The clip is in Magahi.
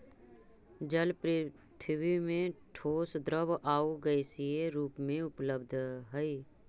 जल पृथ्वी में ठोस द्रव आउ गैसीय रूप में उपलब्ध हई